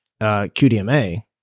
QDMA